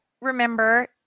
remember